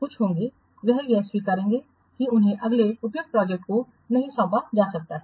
कुछ होंगे वे यह स्वीकार करेंगे कि उन्हें अगले उपयुक्त प्रोजेक्ट को नहीं सौंपा जा सकता है